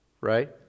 right